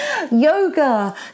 Yoga